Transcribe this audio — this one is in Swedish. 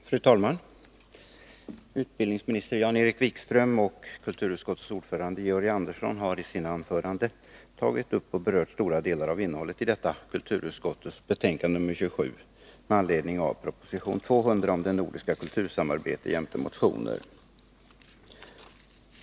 Fru talman! Utbildningsminister Jan-Erik Wikström och kulturutskottets ordförande Georg Andersson har i sina anföranden berört stora delar av innehållet i kulturutskottets betänkande nr 27 med anledning av proposition 200 om det nordiska kultursamarbetet jämte motioner.